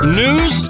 news